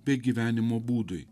bei gyvenimo būdui